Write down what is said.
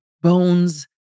bones